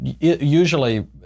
usually